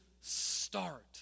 start